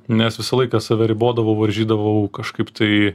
nes visą laiką save ribodavau varžydavau kažkaip tai